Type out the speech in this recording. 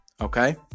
Okay